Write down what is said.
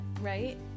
right